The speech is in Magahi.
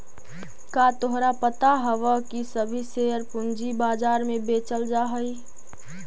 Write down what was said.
का तोहरा पता हवअ की सभी शेयर पूंजी बाजार में बेचल जा हई